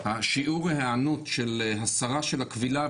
שיעור ההיענות של הסרה של הכבילה,